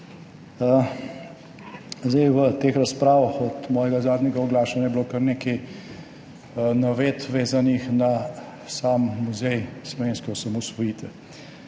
V teh razpravah od mojega zadnjega oglašanja je bilo kar nekaj navedb vezanih na sam Muzej slovenske osamosvojitve.